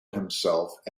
himself